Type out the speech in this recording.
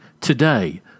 Today